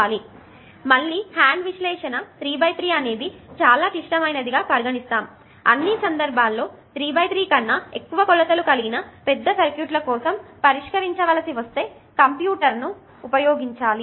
కాబట్టి ఇది కూడా కొన్నిసార్లు ఉపయోగపడుతుంది మళ్ళీ ఇది హ్యాండ్ విశ్లేషణ 3 x 3 అనేది చాలా క్లిష్టమైనది గా పరిగణిస్తాము మిగతా అన్ని సందర్భాల్లో 3 x 3 కన్నా ఎక్కువ కొలతలు కలిగిన పెద్ద సర్క్యూట్ల కోసం పరిష్కరించుకోవలసి వస్తే కంప్యూటర్ను ఉపయోగించాలి